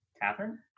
Catherine